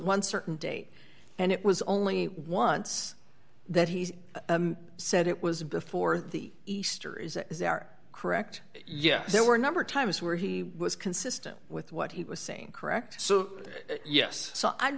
one certain date and it was only once that he said it was before the easter is our correct yeah there were a number of times where he was consistent with what he was saying correct so yes so i